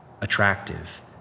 attractive